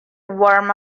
warm